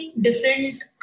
different